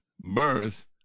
birth